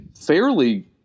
fairly